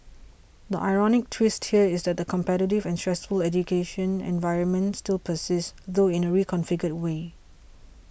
the ironic twist here is that the competitive and stressful education environment still persists though in a reconfigured way